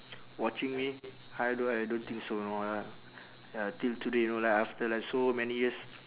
watching me I don't I don't think so know I ya till today know like after like so many years